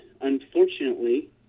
Unfortunately